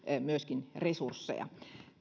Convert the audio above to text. resursseja